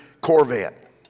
Corvette